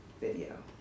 video